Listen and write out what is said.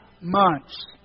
months